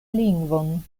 lingvon